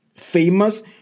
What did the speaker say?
famous